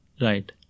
Right